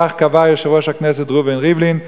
כך קבע יושב-ראש הכנסת ראובן ריבלין,